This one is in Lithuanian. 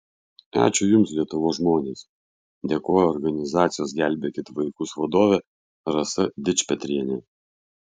ačiū jums lietuvos žmonės dėkojo organizacijos gelbėkit vaikus vadovė rasa dičpetrienė